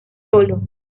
solo